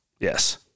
Yes